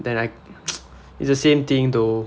then like it's the same thing though